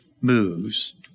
moves